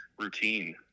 routine